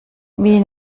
wie